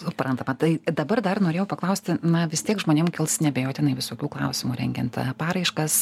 suprantama tai dabar dar norėjau paklausti na vis tiek žmonėm kils neabejotinai visokių klausimų rengiant paraiškas